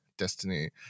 Destiny